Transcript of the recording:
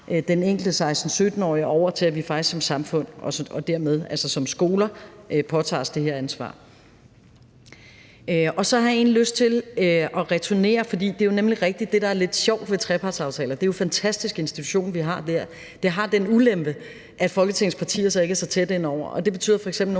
den enkelte 16-17-årige over til, at vi faktisk som samfund og dermed som skoler påtager os det. Så har jeg egentlig lyst til at returnere, fordi det nemlig er rigtigt, at det, der er lidt sjovt ved trepartsaftaler – det er jo en fantastisk institution, vi har der – er, at den har den ulempe, at Folketingets partier ikke er så tæt indover. Det betyder f.eks.,